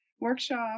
workshop